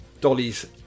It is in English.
Dolly's